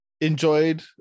Enjoyed